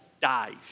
dies